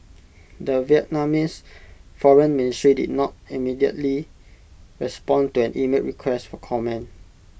the Vietnamese foreign ministry did not immediately respond to an emailed request for comment